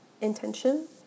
Intention